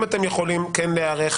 אם אתם יכולים כן להיערך,